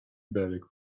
belek